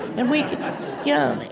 and we yeah.